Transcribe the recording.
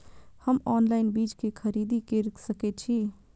हम ऑनलाइन बीज के खरीदी केर सके छी?